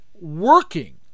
working